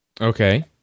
Okay